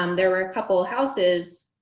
um there were a couple houses.